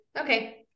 Okay